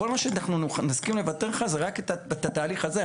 אז כל מה שאנחנו נסכים לוותר לך זה רק את התהליך הזה.